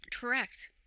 Correct